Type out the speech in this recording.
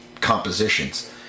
compositions